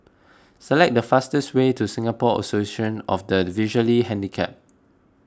select the fastest way to Singapore Association of the Visually Handicapped